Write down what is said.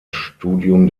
studium